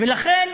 ולכן